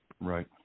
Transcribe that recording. Right